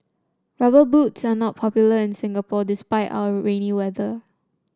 rubber boots are not popular in Singapore despite our rainy weather